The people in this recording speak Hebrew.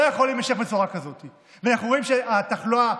אנחנו רואים שהתחלואה,